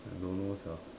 I don't know sia